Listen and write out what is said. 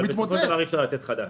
אבל בסופו של דבר אי אפשר לתת חדש.